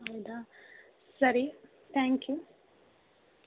ಹೌದಾ ಸರಿ thank you